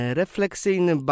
refleksyjny